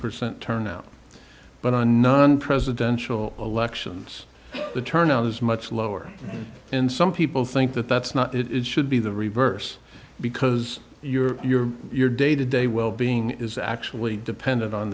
percent turnout but on non presidential elections the turnout is much lower in some people think that that's not it should be the reverse because your your your day to day well being is actually dependent on